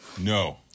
No